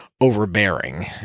overbearing